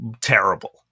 terrible